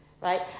right